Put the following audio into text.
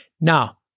Now